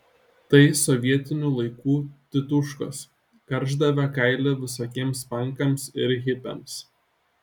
tai sovietinių laikų tituškos karšdavę kailį visokiems pankams ir hipiams